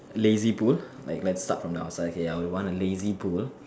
lazy pool like like start from the outside okay I would want a lazy pool